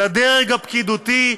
לדרג הפקידותי,